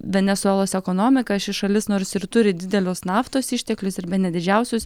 venesuelos ekonomika ši šalis nors ir turi didelius naftos išteklius ir bene didžiausius